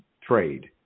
trade